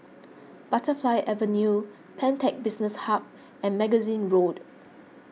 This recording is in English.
Butterfly Avenue Pantech Business Hub and Magazine Road